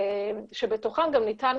שבתוכן גם ניתן,